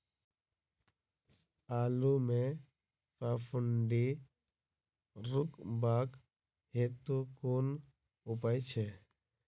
आलु मे फफूंदी रुकबाक हेतु कुन उपाय छै?